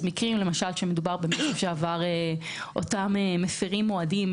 כשמדובר באותם מפירים מועדים,